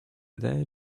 their